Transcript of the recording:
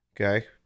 Okay